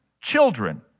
children